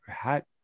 hat